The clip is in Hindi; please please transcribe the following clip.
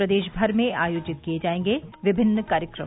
प्रदेश भर में आयोजित किए जायेंगे विभिन्न कार्यक्रम